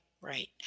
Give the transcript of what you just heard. right